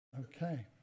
Okay